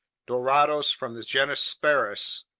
dorados from the genus sparus,